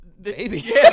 Baby